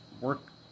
work